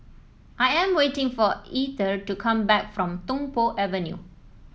I am waiting for Ether to come back from Tung Po Avenue